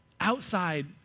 outside